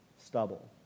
stubble